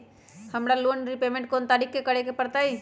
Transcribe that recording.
हमरा loan repayment कोन तारीख के करे के परतई?